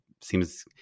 seems